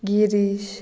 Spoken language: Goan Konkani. गिरीश